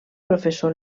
professor